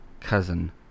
cousin